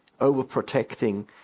overprotecting